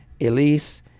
Elise